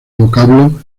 vocablo